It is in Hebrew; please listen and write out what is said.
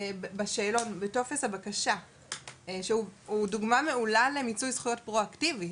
בטופס הבקשה שהוא דוגמא מעולה למיצוי זכויות פרואקטיבי,